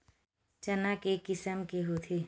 चना के किसम के होथे?